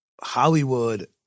Hollywood